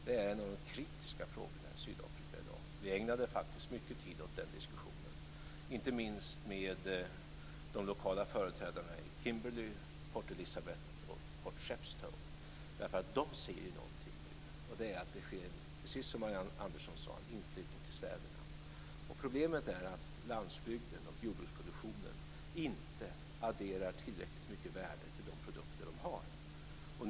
De är en av de kritiska frågorna i Sydafrika i dag. Vi ägnade faktiskt mycket tid åt den diskussionen, inte minst med de lokala företrädarna i bl.a. Kimberley, Port Elizabeth och Port Shepstone. De ser nämligen någonting nu, och det är att det, precis som Marianne Andersson sade, sker en inflyttning till städerna. Problemet är att landsbygden och jordbruksproduktionen inte adderar tillräckligt mycket värde till de produkter som de har.